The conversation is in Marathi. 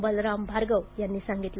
बलराम भार्गव यांनी सांगितलं